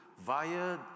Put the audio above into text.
via